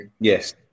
Yes